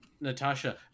Natasha